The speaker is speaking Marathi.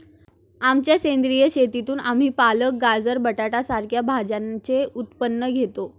आमच्या सेंद्रिय शेतीतून आम्ही पालक, गाजर, बटाटा सारख्या भाज्यांचे उत्पन्न घेतो